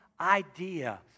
idea